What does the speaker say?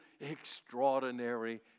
extraordinary